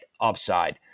Upside